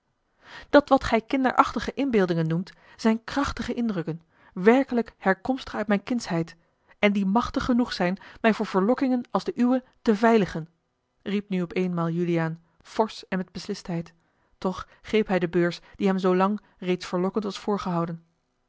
dat wat gij kinderachtige inbeeldingen noemt zijn krachtige indrukken werkelijk herkomstig uit mijne kindsheid en die machtig genoeg zijn mij voor verlokkingen als de uwe te beveiligen riep nu op eenmaal juliaan forsch en met beslistheid toch greep hij de beurs die hem zoolang reeds verlokkend was voorgehouden